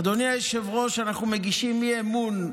אדוני היושב-ראש, אנחנו מגישים אי-אמון.